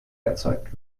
erzeugt